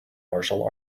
martial